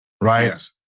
right